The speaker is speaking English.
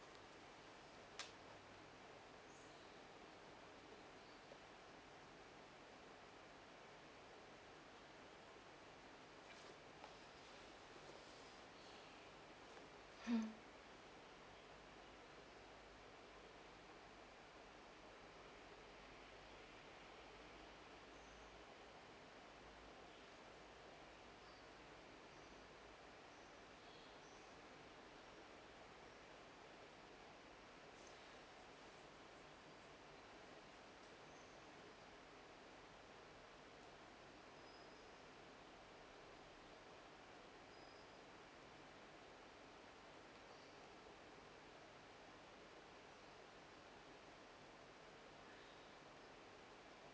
mm